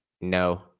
No